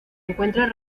encuentra